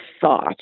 thought